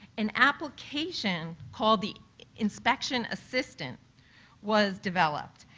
and application called the inspection assistant was developed.